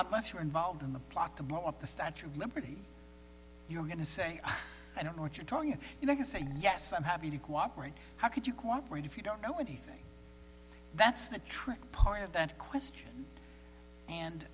once you're involved in the plot to blow up the statue of liberty you're going to say i don't know what you're talking you know i can say yes i'm happy to cooperate how could you cooperate if you don't know anything that's the tricky part of that question and